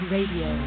Radio